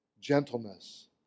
Gentleness